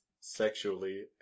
sexually